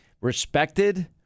respected